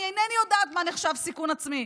אני אינני יודעת מה נחשב סיכון עצמי,